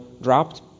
dropped